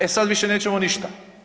E, sad više nećemo ništa.